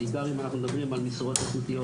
בעיקר אם אנחנו מדברים על משרות איכותיות,